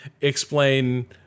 explain